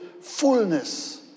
fullness